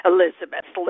Elizabeth